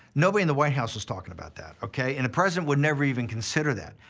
nobody in the white house is talking about that, okay? and the president would never even consider that.